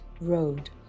road